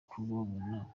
kubabona